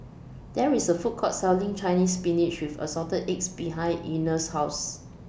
There IS A Food Court Selling Chinese Spinach with Assorted Eggs behind Einar's House